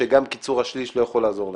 וגם קיצור השליש לא יכול לעזור להם,